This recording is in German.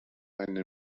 eine